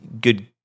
good